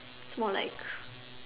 more liked